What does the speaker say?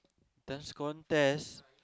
Dance Contest